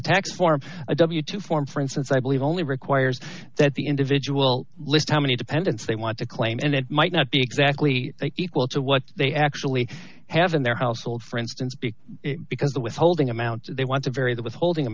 form a w two form for instance i believe only requires that the individual list how many dependents they want to claim and it might not be exactly equal to what they actually have in their household for instance be because the withholding amount they want to vary the withholding